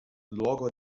luogo